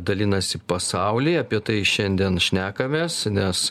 dalinasi pasaulį apie tai šiandien šnekamės nes